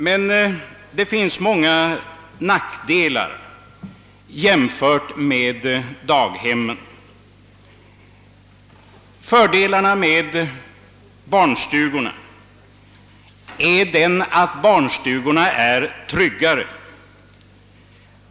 Men det finns dock många nackdelar jämfört med daghemmen. Barnstugornas fördelar ligger i den större tryggheten.